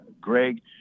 Greg